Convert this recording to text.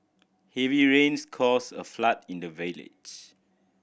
heavy rains caused a flood in the village